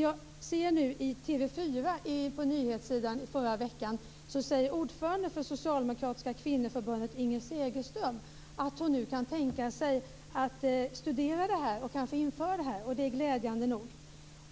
Jag har i förra veckan sett på nyheterna i TV 4 att ordföranden i socialdemokratiska kvinnoförbundet Inger Segelström säger att hon nu kan tänka sig att studera det systemet och kanske införa det, och det är glädjande nog.